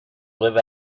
live